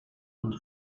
und